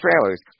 trailers